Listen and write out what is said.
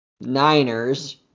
Niners